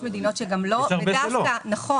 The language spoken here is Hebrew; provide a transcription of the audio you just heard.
ויש מדינות שלא מיסו דיאט.